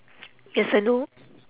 yes I know